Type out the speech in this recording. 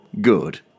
Good